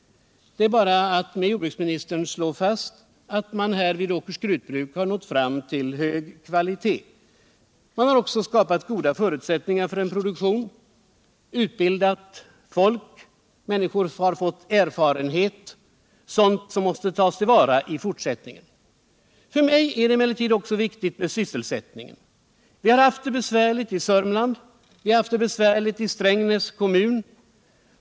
Det är bara att med jordbruksministern slå fast att man vid Åkers Krutbruk nått fram till en hög kvalitet. Man har också skapat goda förutsättningar för en produktion, utbildat folk och gett människor erfarenheter — sådant som måste tas till vara i fortsättningen. För mig är det emellertid också viktigt med sysselsättningen. Vi har haft det besvärligt i Sörmland och i Strängnäs kommun.